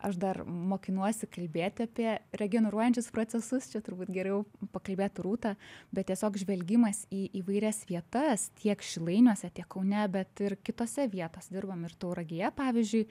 aš dar mokinuosi kalbėti apie regeneruojančius procesus čia turbūt geriau pakalbėtų rūta bet tiesiog žvelgimas į įvairias vietas tiek šilainiuose tiek kaune bet ir kitose vietose dirbam ir tauragėje pavyzdžiui